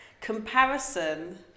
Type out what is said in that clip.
Comparison